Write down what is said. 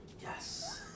yes